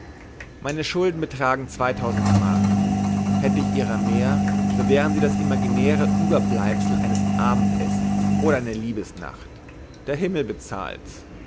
meine schulden betragen zweitausend mark hätte ich ihrer mehr so wären sie das imaginäre überbleibsel eines abendessens oder einer liebesnacht der himmel bezahlt's